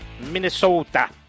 Minnesota